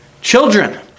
Children